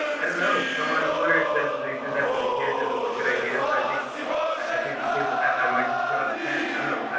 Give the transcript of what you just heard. i don't know. someone on twitter said that they did that for the kids, and it was a good idea. so i think i think the kids i might just put up a tent. i don't know,